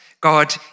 God